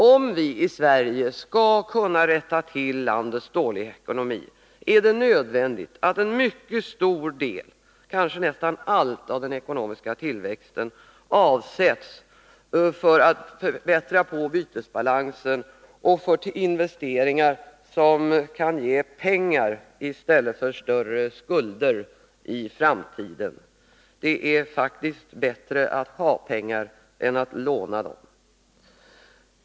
Om vi i Sverige skall kunna rätta till landets dåliga ekonomi är det nödvändigt att en mycket stor del — kanske nästan allt — av den ekonomiska tillväxten avsätts för bytesbalansförbättringar och investeringar som kan ge pengar i stället för större skulder i framtiden. Det är faktiskt bättre att ha pengar än att låna dem.